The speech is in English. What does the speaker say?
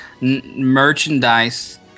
merchandise